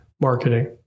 marketing